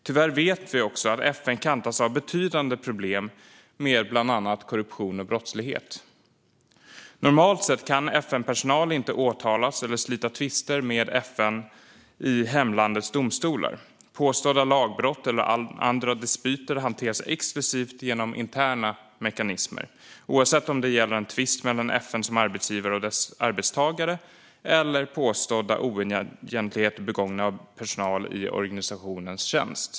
Tyvärr vet vi också att FN kantas av betydande problem med bland annat korruption och brottslighet. Normalt sett kan FN-personal inte åtalas eller slita tvister med FN i hemlandets domstolar. Påstådda lagbrott eller andra dispyter hanteras exklusivt genom interna mekanismer, oavsett om det gäller en tvist mellan FN som arbetsgivare och dess arbetstagare eller påstådda oegentligheter begångna av personal i organisationens tjänst.